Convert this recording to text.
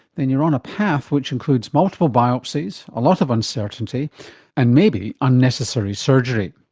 then you're on a path which includes multiple biopsies, a lot of uncertainty and maybe unnecessary surgery.